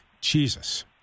Jesus